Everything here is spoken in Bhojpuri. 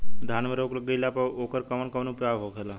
धान में रोग लग गईला पर उकर कवन कवन उपाय होखेला?